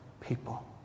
people